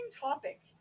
topic